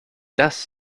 das